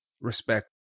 respect